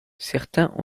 certains